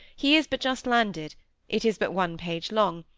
he is but just landed it is but one page long.